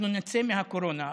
אנחנו נצא מהקורונה,